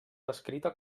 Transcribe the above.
descrita